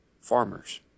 farmers